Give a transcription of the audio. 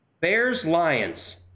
Bears-Lions